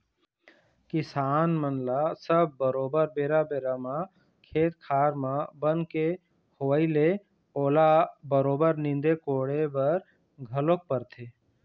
किसान मन ल सब बरोबर बेरा बेरा म खेत खार म बन के होवई ले ओला बरोबर नींदे कोड़े बर घलोक परथे